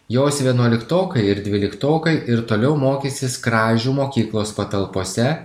jos vienuoliktokai ir dvyliktokai ir toliau mokysis kražių mokyklos patalpose